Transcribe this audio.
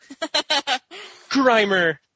Grimer